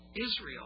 Israel